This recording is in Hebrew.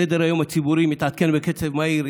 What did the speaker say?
סדר-היום הציבורי מתעדכן בקצב מהיר,